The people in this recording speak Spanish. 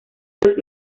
los